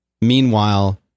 meanwhile